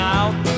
out